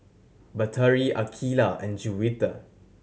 Batari Aqeelah and Juwita